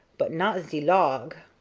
but not ze log.